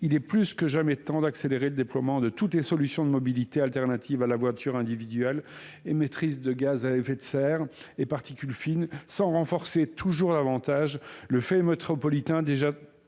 il est plus que jamais temps d'accélérer le déploiement de toutes les solutions de mobilité alternative à la voiture individuelle émettrice de gaz à effet de serre et particules fines sans renforcer toujours l'avantage le e métropolitain déjà